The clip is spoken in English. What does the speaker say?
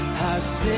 has